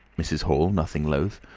mrs. hall, nothing loath,